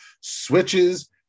switches